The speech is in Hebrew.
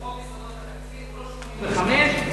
שהוא חוק יסודות התקציב, הוא לא